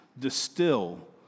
distill